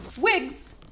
wigs